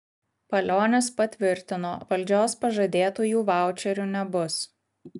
palionis patvirtino valdžios pažadėtųjų vaučerių nebus